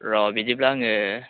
र' बिदिब्ला आङो